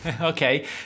Okay